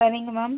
சரிங்க மேம்